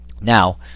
Now